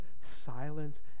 silence